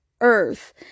earth